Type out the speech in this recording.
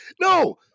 No